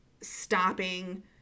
stopping